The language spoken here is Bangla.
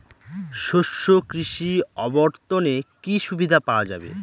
শস্য কৃষি অবর্তনে কি সুবিধা পাওয়া যাবে?